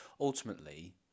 ultimately